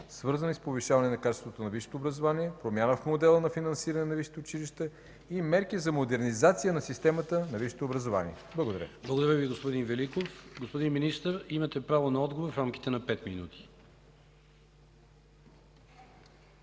свързани с повишаване на качеството на висшето образование, промяна в модела на финансиране на висшите училища и мерки за модернизация на системата на висшето образование? Благодаря. ПРЕДСЕДАТЕЛ КИРИЛ ЦОЧЕВ: Благодаря Ви, господин Великов. Господин Министър, имате право на отговор в рамките на пет минути.